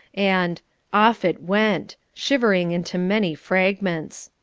and off it went! shivering into many fragments.